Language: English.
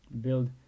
build